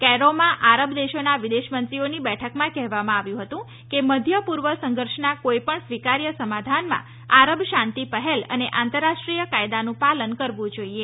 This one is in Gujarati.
કૈરોમાં આરબ દેશોના વિદેશ મંત્રીઓની બેઠકમાં કહેવામાં આવ્યું હતું કે મધ્ય પૂર્વ સઘર્ષના કોઈ પણ સ્વીકાર્ય સમાધાનમાં આરબ શાંતિ પહેલ અને આંતરરાષ્ટ્રીય કાયદાનું પાલન કરવું જોઈએ